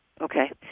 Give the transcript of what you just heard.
Okay